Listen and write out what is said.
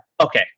okay